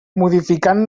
modificant